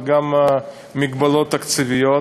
וגם מגבלות תקציביות.